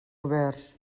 oberts